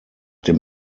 dem